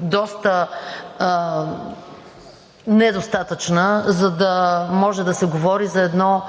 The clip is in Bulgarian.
доста недостатъчна, за да може да се говори за